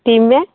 team में